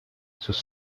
sus